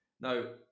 Now